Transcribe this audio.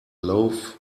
loaf